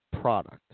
product